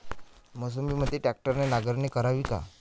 मोसंबीमंदी ट्रॅक्टरने नांगरणी करावी का?